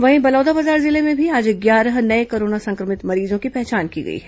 वहीं बलौदाबाजार जिले में भी आज ग्यारह नये कोरोना संक्रमित मरीजों की पहचान की गई है